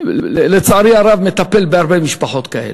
לצערי הרב, מטפל בהרבה משפחות כאלה.